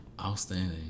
outstanding